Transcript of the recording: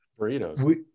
burritos